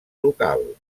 local